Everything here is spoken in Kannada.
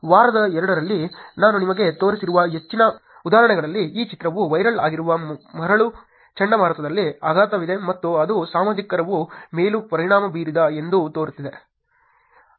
ವಾರದ 2 ರಲ್ಲಿ ನಾನು ನಿಮಗೆ ತೋರಿಸಿರುವ ಹೆಚ್ಚಿನ ಉದಾಹರಣೆಗಳಲ್ಲಿ ಈ ಚಿತ್ರವು ವೈರಲ್ ಆಗಿರುವ ಮರಳು ಚಂಡಮಾರುತದಲ್ಲಿ ಆಘಾತವಿದೆ ಮತ್ತು ಅದು ಸಾರ್ವಜನಿಕರ ಮೇಲೂ ಪರಿಣಾಮ ಬೀರಿದೆ ಎಂದು ತೋರಿಸುತ್ತದೆ